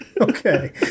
Okay